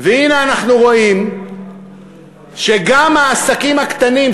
והנה אנחנו רואים שגם העסקים הקטנים,